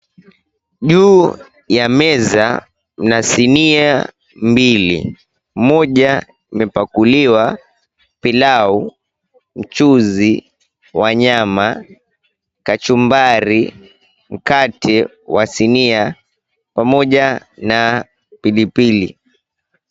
Juu ya meza mna sinia mbili, moja imepakuliwa pilau, mchuzi wa nyama, kachumbari, mkate wa sinia pamoja na pilipili.